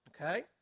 Okay